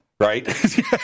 Right